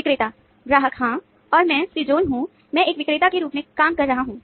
विक्रेता ग्राहक हाँ और मैं श्रीजोनी हूँ मैं एक विक्रेता के रूप में काम कर रहा हूँ